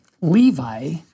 Levi